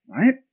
right